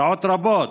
שעות רבות,